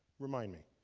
remind me.